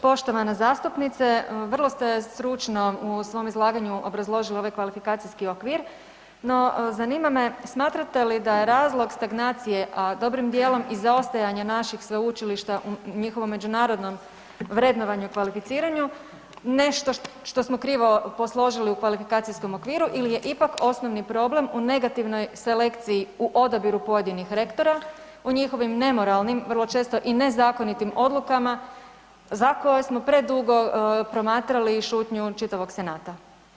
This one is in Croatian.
Poštovana zastupnice, vrlo ste stručno u svom izlaganju obrazložili ovaj Kvalifikacijski okvir, no zanima me, smatrate li da je razlog stagnacije, a dobrim dijelom i zaostajanje naših sveučilišta u njihovom međunarodnom vrednovanju i kvalificiranju, nešto što smo krivo posložili u Kvalifikacijskom okviru ili je ipak osnovni problem u negativnoj selekciji u odabiru pojedinih rektora u njihovim nemoralnim, vrlo često i nezakonitim odlukama za koje smo predugo promatrali šutnju čitavog Senata?